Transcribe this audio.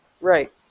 Right